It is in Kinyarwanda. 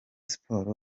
sports